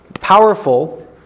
powerful